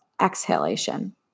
exhalation